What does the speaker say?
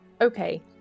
okay